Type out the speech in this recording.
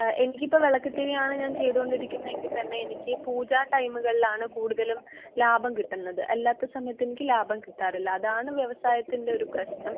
എനിക്കിപ്പോൾ വിളക്കുതിരിയാണ് ഞാൻ ചെയ്തുകൊണ്ടിരിക്കുന്നതെങ്കിൽത്തന്നെ എനിക്ക് പൂജ ടൈമുകളിലാണ് കൂടുതലും ലാഭം കിട്ടുന്നത് അല്ലാത്ത സമയത്തെനിക്ക് ലാഭം കിട്ടാറില്ല അതാണ് വ്യവസായത്തിൻ്റെ ഒരു പ്രശ്നം